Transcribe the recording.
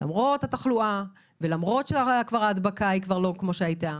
למרות התחלואה ולמרות שההדבקה היא כבר לא כמו שהייתה